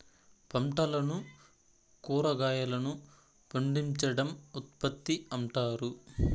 పంటలను కురాగాయలను పండించడం ఉత్పత్తి అంటారు